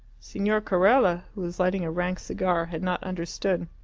signor carella, who was lighting a rank cigar, had not understood.